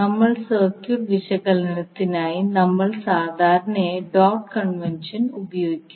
നമ്മൾ സർക്യൂട്ട് വിശകലനത്തിനായി നമ്മൾ സാധാരണയായി ഡോട്ട് കൺവെൻഷൻ ഉപയോഗിക്കുന്നു